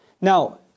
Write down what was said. Now